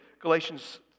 Galatians